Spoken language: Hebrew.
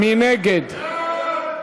מי נגד?